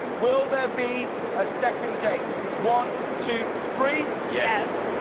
will there be a second date, one two three! yes.